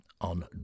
on